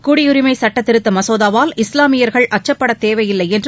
குடியுரிமை சட்டத்திருத்த மசோதாவால் இஸ்லாமியர்கள் அச்சப்படத் தேவையில்லை என்று